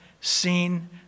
seen